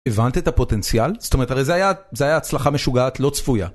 הבנת את הפוטנציאל? זאת אומרת הרי זה היה הצלחה משוגעת לא צפויה.